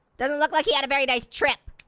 doesn't look like he had a very nice trip.